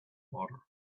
water